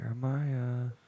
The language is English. Jeremiah